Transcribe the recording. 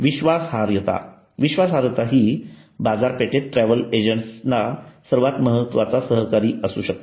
विश्वासार्हता विश्वासार्हता ही बाजारपेठेत ट्रॅव्हल एजंटचा सर्वात मजबूत सहकारी असू शकतो